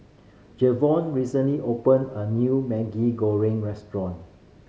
Jevon recently opened a new Maggi Goreng restaurant